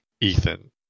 Ethan